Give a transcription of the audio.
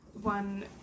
one